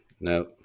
No